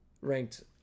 ranked